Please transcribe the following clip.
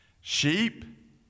Sheep